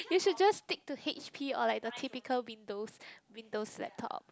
you should just stick to H_P or like the typical Windows Windows laptop